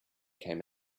came